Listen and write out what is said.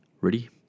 ready